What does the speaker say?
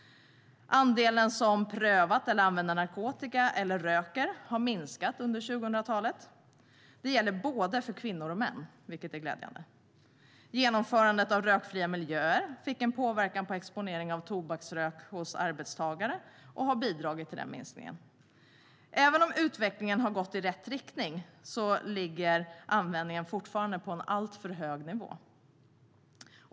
Andelen som prövat, använder narkotika eller röker har minskat under 2000-talet. Detta gäller både för kvinnor och för män, vilket är glädjande. Genomförandet av rökfria miljöer fick en påverkan på exponering av tobaksrök hos arbetstagare och har bidragit till den minskningen. Även om utvecklingen har gått i rätt riktning ligger användningen fortfarande på en alltför hög nivå.